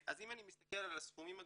אם אני מסתכל על הסכומים הגדולים,